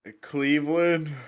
Cleveland